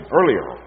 earlier